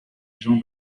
jean